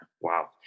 Wow